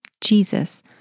Jesus